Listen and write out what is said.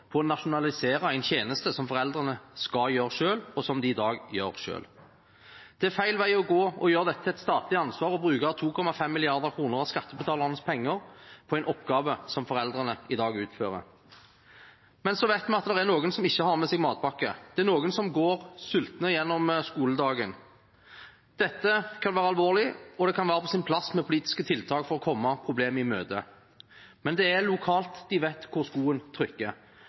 på å nasjonalisere en tjeneste som foreldrene skal gjøre selv, og som de i dag gjør selv. Det er feil vei å gå å gjøre dette til et statlig ansvar og bruke 2,5 mrd. kr av skattebetalernes penger på en oppgave som foreldrene i dag utfører. Så vet vi at det er noen som ikke har med seg matpakke, og at det er noen som går sultne gjennom skoledagen. Dette kan være alvorlig, og det kan være på sin plass med politiske tiltak for å komme problemet i møte. Men det er lokalt de vet hvor skoen trykker,